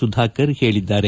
ಸುಧಾಕರ್ ಹೇಳಿದ್ದಾರೆ